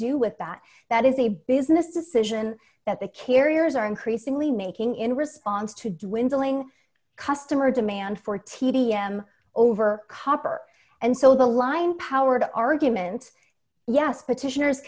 do with that that is a business decision that the carriers are increasingly making in response to dwindle ng customer demand for t d m over copper and so the line powered argument yes petitioners